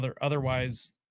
otherwise